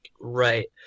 Right